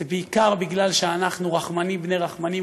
זה בעיקר בגלל שאנחנו רחמנים בני רחמנים,